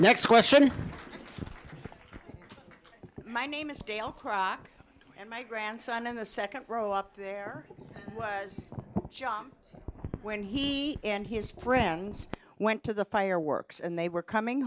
next question my name is dale crock and my grandson in the second row up there was when he and his friends went to the fireworks and they were coming